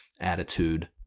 attitude